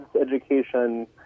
education